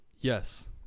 Yes